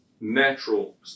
natural